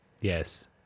yes